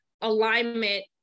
alignment